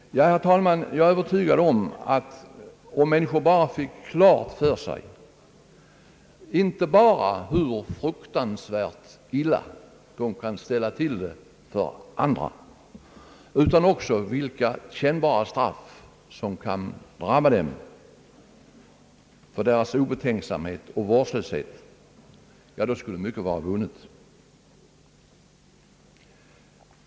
Jag är, herr talman, övertygad om att mycket skulle vara vunnet, om människor bara finge klart för sig, inte bara vilka fruktansvärda skador de kan ställa till med för andra, utan också vilka kännbara straff som kan drabba dem för deras obetänksamhet och deras vårdslöshet.